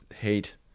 hate